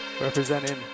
representing